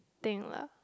thing lah